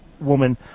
Woman